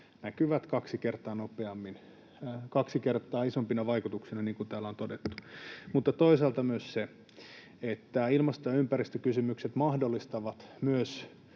näkyvät kaksi kertaa isompina vaikutuksina, niin kuin täällä on todettu, mutta toisaalta myös siksi, että ilmasto- ja ympäristökysymykset antavat